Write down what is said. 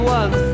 one